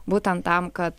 būtent tam kad